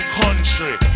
country